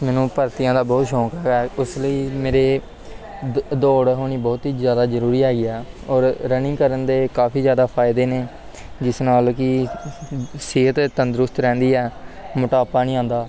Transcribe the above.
ਮੈਨੂੰ ਭਰਤੀਆਂ ਦਾ ਬਹੁਤ ਸ਼ੌਂਕ ਹੈਗਾ ਉਸ ਲਈ ਮੇਰੇ ਦ ਦੌੜ ਹੋਣੀ ਬਹੁਤ ਹੀ ਜ਼ਿਆਦਾ ਜ਼ਰੂਰੀ ਹੈਗੀ ਆ ਔਰ ਰਨਿੰਗ ਕਰਨ ਦੇ ਕਾਫੀ ਜ਼ਿਆਦਾ ਫਾਇਦੇ ਨੇ ਜਿਸ ਨਾਲ ਕਿ ਸਿਹਤ ਤੰਦਰੁਸਤ ਰਹਿੰਦੀ ਹੈ ਮੋਟਾਪਾ ਨਹੀਂ ਆਉਂਦਾ